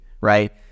right